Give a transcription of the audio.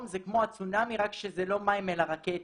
זה כמו הצונאמי רק שזה לא מים אלא רקטות.